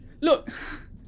look